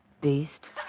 beast